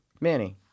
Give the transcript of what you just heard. Manny